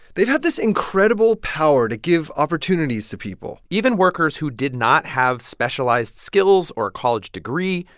they've had this incredible power to give opportunities to people even workers who did not have specialized skills or a college degree.